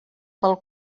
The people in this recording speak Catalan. pel